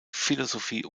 philosophie